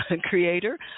creator